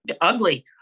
Ugly